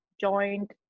joined